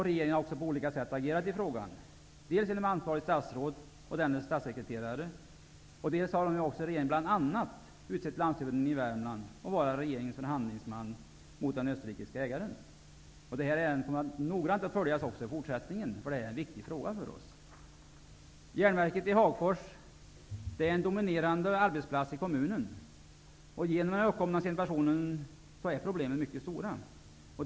Regeringen har också på olika sätt agerat i frågan, bl.a. genom det ansvariga statsrådet och dennes statssekreterare. Vidare har regeringen bl.a. utsett landshövdingen i Värmland att vara regeringens förhandlingsman mot den österrikiske ägaren. Detta ärende kommer att följas noggrant också i fortsättningen -- det här är en viktig fråga för oss. Järnverket i Hagfors är en dominerande arbetsplats i kommunen. På grund av den uppkomna situationen är problemen mycket stora.